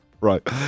right